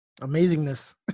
amazingness